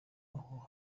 aho